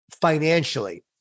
financially